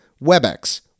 Webex